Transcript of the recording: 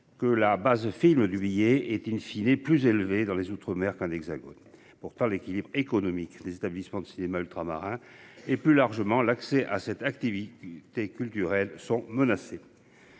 Que la base film du billet est une plus élevé dans les Outre-mer qu'un hexagone pourtant l'équilibre économique des établissements de cinéma ultramarins et plus largement l'accès à cette activité. Culturelle sont menacés.